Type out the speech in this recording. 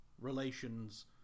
relations